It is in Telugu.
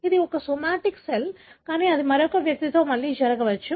ఇది ఒక సోమాటిక్ సెల్ కానీ అది మరొక వ్యక్తిలో మళ్లీ జరగవచ్చు